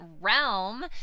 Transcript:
realm